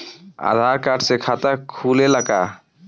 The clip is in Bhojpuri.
आधार कार्ड से खाता खुले ला का?